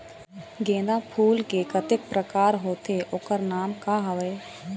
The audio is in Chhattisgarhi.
गेंदा फूल के कतेक प्रकार होथे ओकर नाम का हवे?